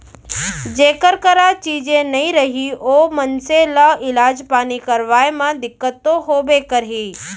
जेकर करा चीजे नइ रही ओ मनसे ल इलाज पानी करवाय म दिक्कत तो होबे करही